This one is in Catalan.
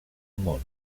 món